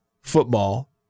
football